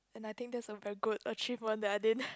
and I think that's a very good achievement that I didn't